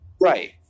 Right